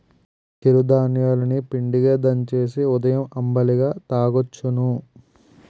చిరు ధాన్యాలు ని పిండిగా దంచేసి ఉదయం అంబలిగా తాగొచ్చును